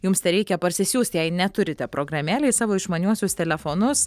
jums tereikia parsisiųst jei neturite programėlę į savo išmaniuosius telefonus